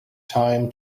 time